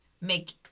make